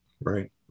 Right